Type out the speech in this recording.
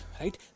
right